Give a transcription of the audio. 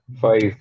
five